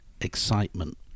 excitement